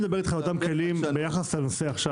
אני מדבר איתך על אותם כלים ביחס לנושא עכשיו.